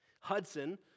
Hudson